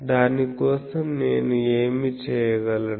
దాని కోసం నేను ఏమి చేయగలను